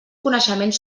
coneixements